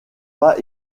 pas